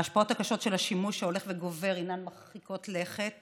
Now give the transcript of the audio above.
ההשפעות הקשות של השימוש ההולך וגובר הן מרחיקות לכת